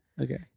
okay